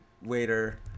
waiter